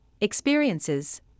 experiences